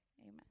amen